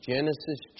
Genesis